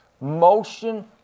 motion